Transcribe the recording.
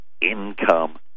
income